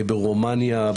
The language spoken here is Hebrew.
ברומניה,